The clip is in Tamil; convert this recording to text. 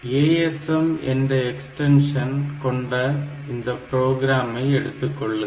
asm என்ற எக்ஸ்டென்ஷன் கொண்ட இந்த ப்ரோக்ராம்1 ஐ எடுத்துக்கொள்ளுங்கள்